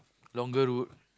longer road